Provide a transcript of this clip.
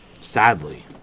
Sadly